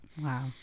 Wow